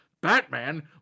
Batman